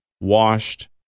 washed